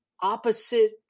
opposite